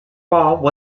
wall